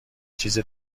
چیز